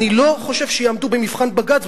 אני לא חושב שיעמדו במבחן בג"ץ,